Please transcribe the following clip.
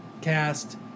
cast